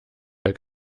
der